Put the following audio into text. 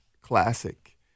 classic